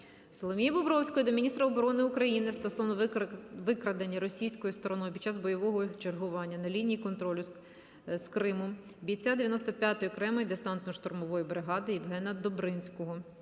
Соломії Бобровської до міністра оборони України стосовно викрадення російською стороною під час бойового чергування на лінії контролю з Кримом бійця 95-ї окремої десантно-штурмової бригади Євгена Добринського.